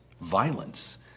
violence